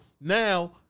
now